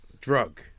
drug